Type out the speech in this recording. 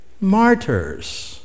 martyrs